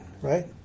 Right